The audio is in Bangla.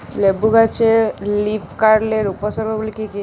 লেবু গাছে লীফকার্লের উপসর্গ গুলি কি কী?